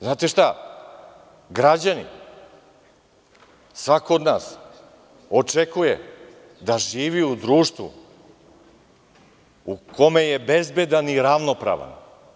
Znate šta, građani, svako od nas očekuje da živi u društvu u kome je bezbedan i ravnopravan.